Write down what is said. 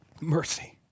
mercy